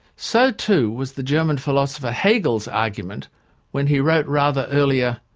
so, too, was the german philosopher hegel's argument when he wrote rather earlier,